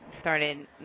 started